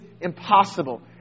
impossible